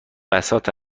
بساط